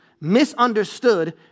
misunderstood